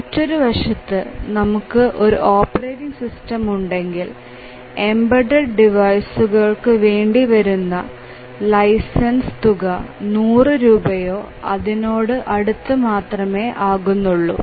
മറ്റൊരു വശത്ത് നമുക്ക് ഒരു ഓപ്പറേറ്റിംഗ് സിസ്റ്റം ഉണ്ടെങ്കിൽ എംബെഡ്ഡ്ഡ് ഡിവൈസുകൾ വേണ്ടിവരുന്ന ലൈസൻസ് തുക 100 രൂപയോ അതിനോട് അടുത്ത് മാത്രമേ ആകുന്നുള്ളൂ